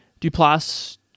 Duplass